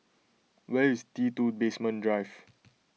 where is T two Basement Drive